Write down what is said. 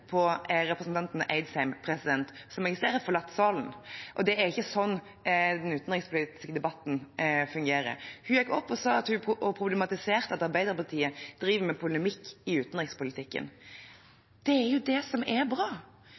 på representanten Eidsheims innlegg – jeg ser hun har forlatt salen. Det er ikke slik den utenrikspolitiske debatten fungerer. Hun gikk opp her og problematiserte at Arbeiderpartiet driver med polemikk i utenrikspolitikken. Det er jo det som er bra,